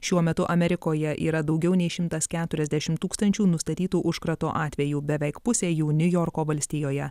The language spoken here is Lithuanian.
šiuo metu amerikoje yra daugiau nei šimtas keturiasdešimt tūkstančių nustatytų užkrato atvejų beveik pusė jų niujorko valstijoje